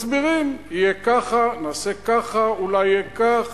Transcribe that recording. מסבירים, יהיה ככה, נעשה ככה, אולי יהיה כך.